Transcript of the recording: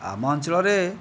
ଆମ ଅଞ୍ଚଳରେ